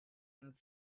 and